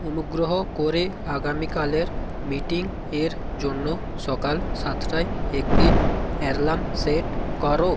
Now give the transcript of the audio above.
অনুগ্রহ করে আগামীকালের মিটিং এর জন্য সকাল সাতটায় একটি অ্যার্লাম সেট করো